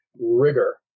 rigor